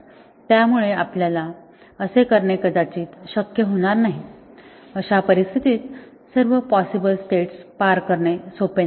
त्यामुळे आपल्याला असे करणे कदाचित शक्य होणार नाही अशा परिस्थितीत सर्व पॉसिबल स्टेट्स पार करणे सोपे नाही